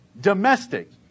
domestic